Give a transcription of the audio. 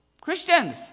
Christians